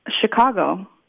Chicago